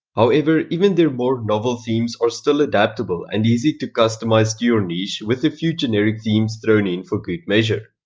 however, even their more novel themes are still adaptable and easy to customize to your niche with a few generic themes thrown in for good measure.